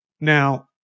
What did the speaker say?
Now